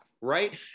right